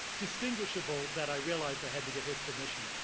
distinguishable that i realized i had to get his permission.